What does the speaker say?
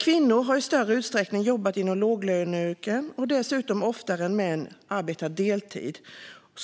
Kvinnor har i större utsträckning jobbat i låglöneyrken och dessutom oftare än män arbetat deltid.